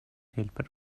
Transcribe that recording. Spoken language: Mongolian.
хялбар